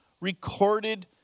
recorded